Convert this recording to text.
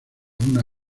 una